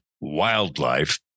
wildlife